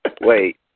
Wait